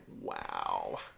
wow